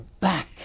back